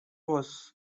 was